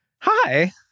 Hi